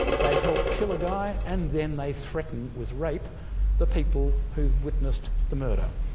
they helped kill a guy and then they threatened with rape the people who've witnessed the murder.